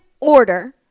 order